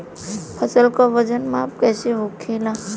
फसल का वजन माप कैसे होखेला?